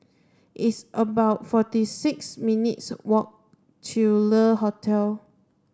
it's about forty six minutes walk to Le Hotel